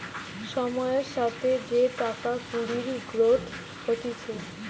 সময়ের সাথে যে টাকা কুড়ির গ্রোথ হতিছে